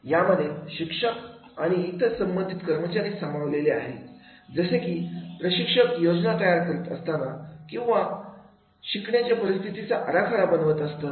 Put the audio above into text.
यामध्ये शिक्षक आणि इतर संबंधित कर्मचारी सामावलेले आहेत जसे की प्रशिक्षक योजना तयार करतात किंवा वा शिकण्याच्या परिस्थितीचा आराखडा बनवतात